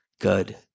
good